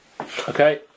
Okay